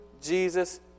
Jesus